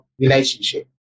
relationship